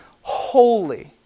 Holy